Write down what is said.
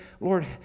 Lord